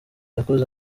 yakoze